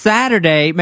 Saturday